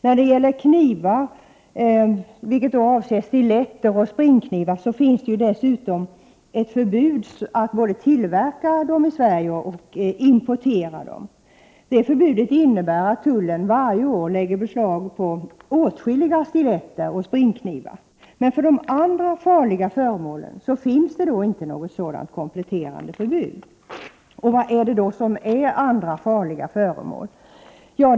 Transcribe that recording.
När det gäller knivar, vilket avser stiletter och springknivar, finns det dessutom ett förbud både mot att tillverka dem i Sverige och att importera dem. Det förbudet innebär att tullen varje år lägger beslag på åtskilliga stiletter och springknivar. Men för de andra farliga föremålen finns det inte något sådant kompletterande förbud. Vilka andra farliga föremål är det?